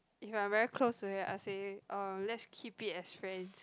if I'm very close to you I'll say uh let's keep it as friends